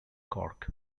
cork